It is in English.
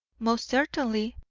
most certainly,